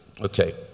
Okay